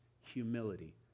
humility